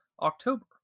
October